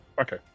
Okay